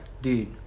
Dude